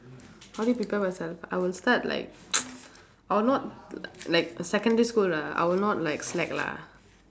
how do you prepare myself I will start like I will not l~ like secondary school lah I will not like slack lah